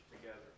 together